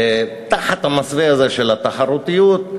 ותחת המסווה הזה של התחרותיות,